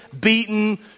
beaten